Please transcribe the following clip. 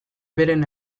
beren